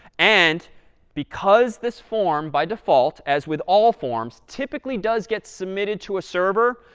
and because this form, by default, as with all forms, typically does gets submitted to a server,